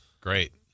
great